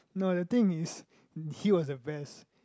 no the thing is he was the best